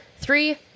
three